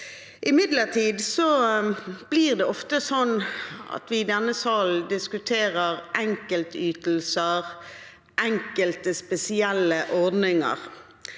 Imidlertid blir det ofte sånn at vi i denne salen diskuterer enkeltytelser, enkelte spesielle ordninger.